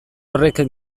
horrek